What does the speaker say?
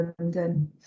London